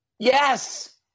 Yes